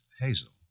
Hazel